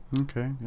okay